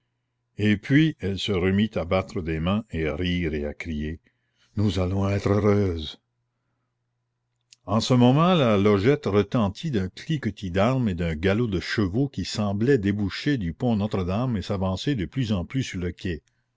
et puis elle se remit à battre des mains et à rire et à crier nous allons être heureuses en ce moment la logette retentit d'un cliquetis d'armes et d'un galop de chevaux qui semblait déboucher du pont notre-dame et s'avancer de plus en plus sur le quai